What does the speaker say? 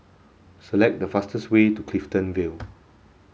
select the fastest way to Clifton Vale